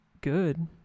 good